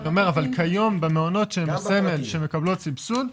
אבל כיום במעונות הסמל שמקבלות סבסוד,